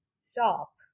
stop